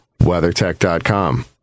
WeatherTech.com